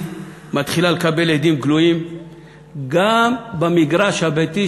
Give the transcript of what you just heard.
מתחילה לקבל הדים גלויים גם במגרש הביתי,